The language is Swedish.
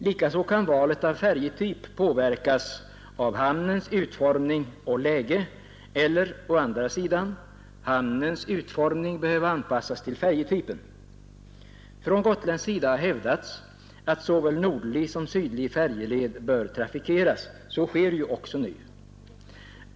Likaså kan valet av färjetyp påverkas av hamnens utformning och läge eller — å andra sidan — hamnens utformning behöva anpassas till färjety pen. Från gotländsk sida har hävdats att såväl nordlig som sydlig färjeled bör trafikeras. Så sker ju också nu.